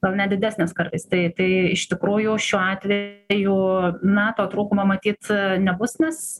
gal net didesnės kartais tai tai iš tikrųjų šiuo atveju na to trūkumo matyt nebus nes